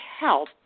help